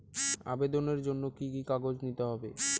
আবেদনের জন্য কি কি কাগজ নিতে হবে?